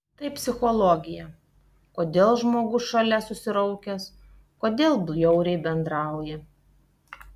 tai psichologija kodėl žmogus šalia susiraukęs kodėl bjauriai bendrauja